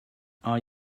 are